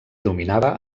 dominava